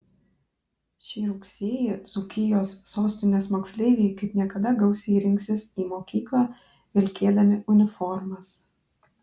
šį rugsėjį dzūkijos sostinės moksleiviai kaip niekada gausiai rinksis į mokyklą vilkėdami uniformas